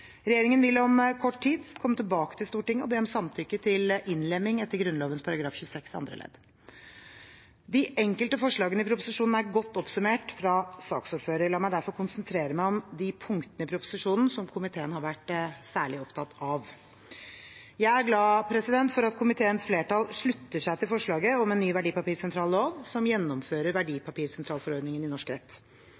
Regjeringen vil om kort tid komme tilbake til Stortinget og be om samtykke til innlemming etter Grunnloven § 26 annet ledd. De enkelte forslagene i proposisjonen er godt oppsummert av saksordføreren. La meg derfor konsentrere meg om de punktene i proposisjonen som komiteen har vært særlig opptatt av. Jeg er glad for at komiteens flertall slutter seg til forslaget om en ny verdipapirsentrallov som gjennomfører